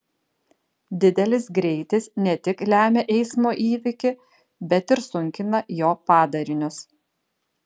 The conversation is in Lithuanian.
didelis greitis ne tik lemia eismo įvykį bet ir sunkina jo padarinius